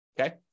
okay